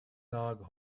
dog